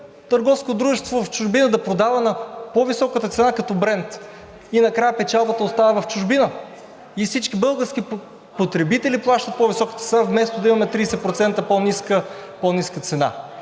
търговско дружество в чужбина да продава на по-високата цена, като „Брент“! Накрая печалбата остава в чужбина и всички български потребители плащат по-високата цена, вместо да имаме 30% по ниска цена!